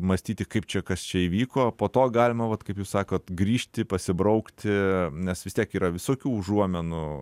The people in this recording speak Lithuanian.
mąstyti kaip čia kas čia įvyko po to galima vat kaip jūs sakot grįžti pasibraukti nes vis tiek yra visokių užuominų